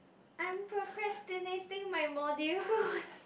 I'm procrastinating my module